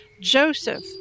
joseph